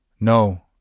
No